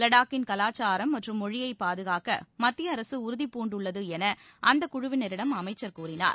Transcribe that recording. லடாக்கின் கலாச்சாரம் மற்றும் மொழியைப் பாதுகாக்க மத்திய அரசு உறுதிபூண்டுள்ளது என அந்தக் குழுவினரிடம் அமைச்சர் கூறினார்